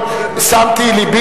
לא נתן לי.